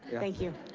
thank you.